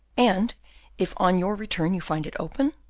and if on your return you find it open?